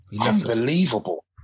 Unbelievable